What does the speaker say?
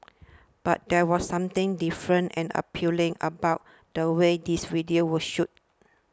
but there was something different and appealing about the way these videos were shot